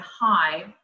high